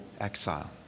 exile